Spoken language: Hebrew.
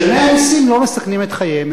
משלמי המסים לא מסכנים את חייהם.